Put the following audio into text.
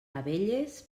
abelles